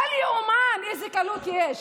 בל ייאמן איזו קלות יש.